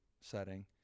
setting